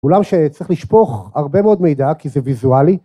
אולי, שצריך לשפוך הרבה מאוד מידע. כי זה ויזואלי.